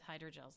hydrogels